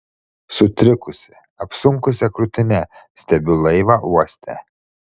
sutrikusi apsunkusia krūtine stebiu laivą uoste